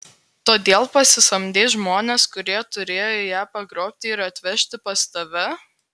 todėl pasisamdei žmones kurie turėjo ją pagrobti ir atvežti pas tave